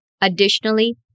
Additionally